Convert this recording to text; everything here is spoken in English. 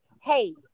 hey